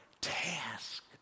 task